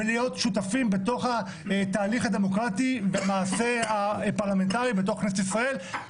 ולהיות שותפים בתוך התהליך הדמוקרטי במעשה הפרלמנטרי בתוך כנסת ישראל,